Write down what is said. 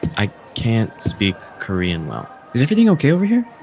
i can't speak korean well is everything ok over here.